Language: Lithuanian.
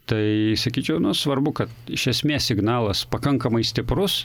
tai sakyčiau nu svarbu kad iš esmės signalas pakankamai stiprus